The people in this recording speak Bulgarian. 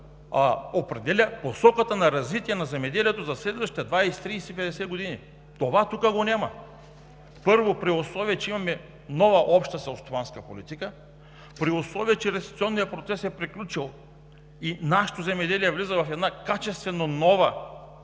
определя посоката на развитие на земеделието за следващите 20, 30, 50 години. Това тук го няма. Първо, при условие че имаме нова Обща селскостопанска политика, при условие че реституционният процес е приключил и нашето земеделие влиза в качествено нова